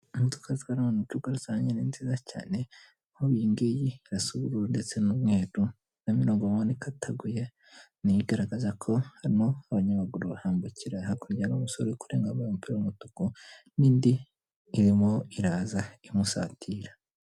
Imodoka zitwara abantu mu buryo bwa rusange ni nziza cyane, nkubu iyi ngiyi irasa ubururu ndetse n'umweru, iyo mirongo mubona ikataguye ni igaragaza ko hano abanyamaguru bahambukira, hakurya ni umusore uri kurenga wambaye umupira w'umutuku n'indi irimo iraza imusatira.